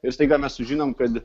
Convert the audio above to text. ir staiga mes sužinom kad